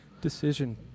decision